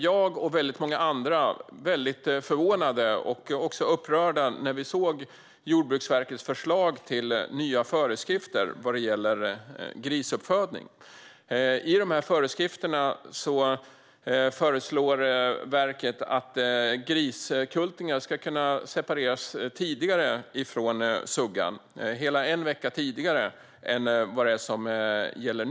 Jag och många andra blev därför väldigt förvånade och även upprörda när vi såg Jordbruksverkets förslag till nya föreskrifter för grisuppfödning. I dessa föreskrifter föreslår verket att griskultingar ska kunna separeras tidigare från suggan - hela en vecka tidigare än vad som nu gäller.